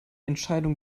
entscheidung